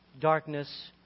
darkness